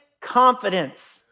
confidence